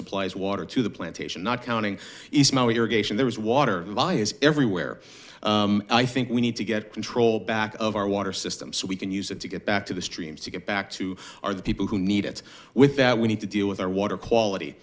supplies water to the plantation not counting your game and there was water by is everywhere i think we need to get control back of our water system so we can use it to get back to the streams to get back to our the people who need it with that we need to deal with our water quality